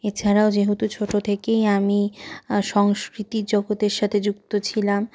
এছাড়াও যেহেতু ছোটো থেকেই আমি সংস্কৃতি জগতের সাথে যুক্ত ছিলাম